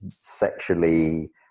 sexually